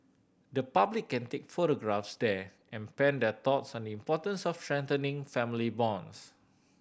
the public can take photographs there and pen their thoughts on the importance of strengthening family bonds